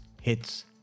hits